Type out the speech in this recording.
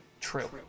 True